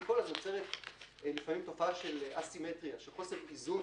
לפעול נוצרת לפעמים תופעה של חוסר איזון